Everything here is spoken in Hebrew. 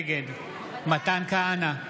נגד מתן כהנא,